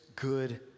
good